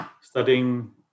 studying